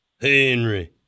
Henry